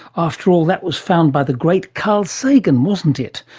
after all, that was found by the great carl sagan, wasn't it,